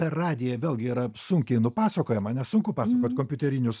per radiją vėlgi yra sunkiai nupasakojama nes sunku pasakot kompiuterinius